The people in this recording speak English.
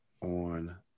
on